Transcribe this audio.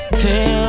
feel